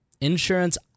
insurance